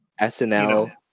SNL